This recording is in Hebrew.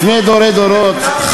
לפני דורי-דורות,